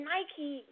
Nike